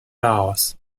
laos